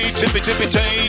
tippy-tippy-tay